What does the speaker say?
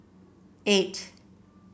eight